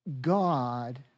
God